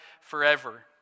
forever